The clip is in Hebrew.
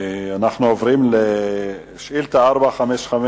אנחנו עוברים לשאילתא 455,